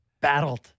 Battled